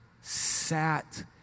sat